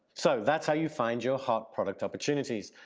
so that's how you find your hot product opportunities.